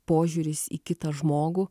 požiūris į kitą žmogų